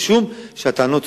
משום שהטענות צודקות.